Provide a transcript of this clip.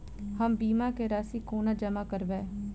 हम बीमा केँ राशि कोना जमा करबै?